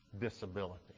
disability